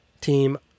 Team